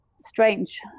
strange